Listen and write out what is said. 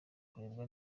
kurebwa